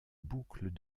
boucles